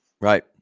Right